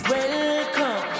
Welcome